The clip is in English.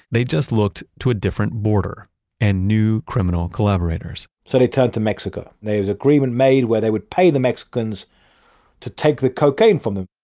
they just looked to a different border and new criminal collaborators so they turned to mexico. there was agreement made where they would pay the mexicans to take the cocaine from them.